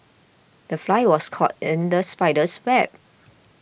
the fly was caught in the spider's web